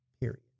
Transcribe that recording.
Period